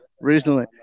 recently